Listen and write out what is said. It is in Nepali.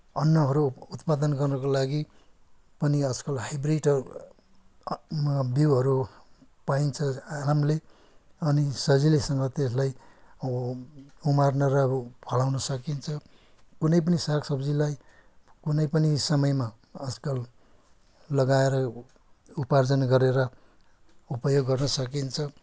अन्नहरू उत्पादन गर्नुको लागि अनि आजकल हाइब्रिडहरू बिउहरू पाइन्छ आरामले अनि सजिलैसँग त्यसलाई उ उमार्न र फलाउन सकिन्छ कुनै पनि सागसब्जीलाई कुनै पनि समयमा आजकल लगाएर उपार्जन गरेर उपयोग गर्न सकिन्छ